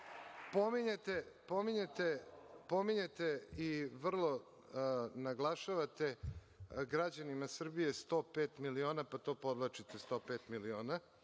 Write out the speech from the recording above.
duga. Pominjete i vrlo naglašavate građanima Srbije 105 miliona, pa to podvlačite – 105 miliona.